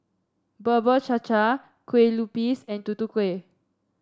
Bubur Cha Cha Kue Lupis and Tutu Kueh